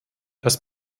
das